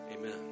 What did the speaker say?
Amen